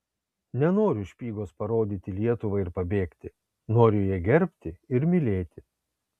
nenoriu špygos parodyti lietuvai ir pabėgti noriu ją gerbti ir mylėti